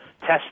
test